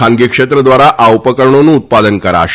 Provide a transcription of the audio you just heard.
ખાનગી ક્ષૈત્ર દ્વારા આ ઉપકરણોનું ઉત્પાદન કરાશે